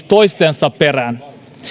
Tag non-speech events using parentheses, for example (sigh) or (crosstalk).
(unintelligible) toistensa perään